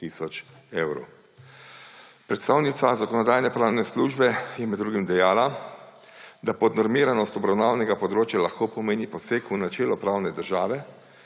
tisoč evrov. Predstavnica Zakonodajno-pravne službe je med drugim dejala, da podnormiranost obravnavanega področja lahko pomeni poseg v načelo pravne države